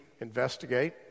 investigate